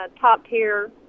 top-tier